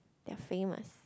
ya famous